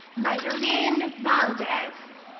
madaline valdez.